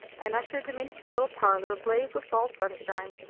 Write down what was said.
and ushered them into the little parlor ablaze with fall sunshine,